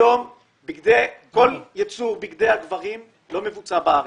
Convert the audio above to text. היום כל ייצור בגדי הגברים לא מבוצע בארץ.